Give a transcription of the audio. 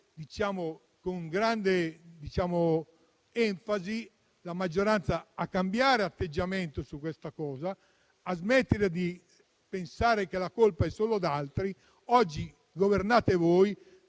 con grande enfasi la maggioranza a cambiare atteggiamento e a smettere di pensare che la colpa è solo di altri. Oggi governate voi